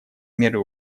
меры